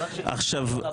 עכשיו,